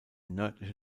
nördliche